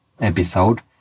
episode